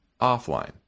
offline